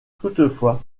toutefois